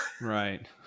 Right